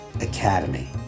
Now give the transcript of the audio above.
Academy